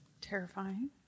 terrifying